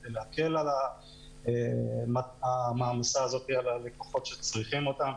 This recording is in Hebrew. כדי להקל על המעמסה הזאת על הלקוחות שצריכים אותן.